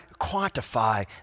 quantify